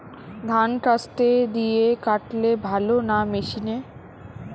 ধান কাস্তে দিয়ে কাটলে ভালো না মেশিনে?